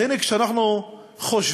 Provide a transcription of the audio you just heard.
אז הנה, כשאנחנו חושבים